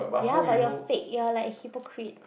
ya but your fake your like hypocrite